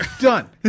Done